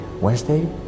Wednesday